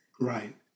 Right